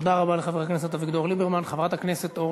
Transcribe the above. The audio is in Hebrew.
תודה רבה לחבר הכנסת אביגדור ליברמן.